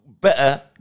better